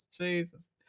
Jesus